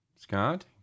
Scott